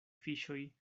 fiŝoj